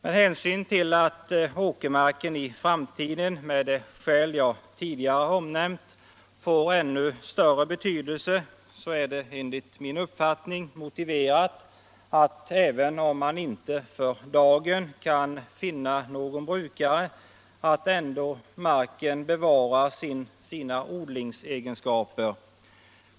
Med hänsyn till att åkermarken i framtiden, med de skäl jag tidigare omnämnt, får ännu större betydelse är det enligt min uppfattning motiverat att — även om man inte för dagen kan finna någon brukare — marken bevarar sina odlingsegenskaper.